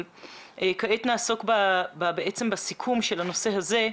עתה נעסוק בסיכום של הנושא הזה.